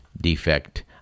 defect